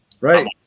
Right